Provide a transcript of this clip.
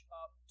up